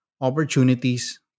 opportunities